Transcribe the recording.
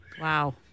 Wow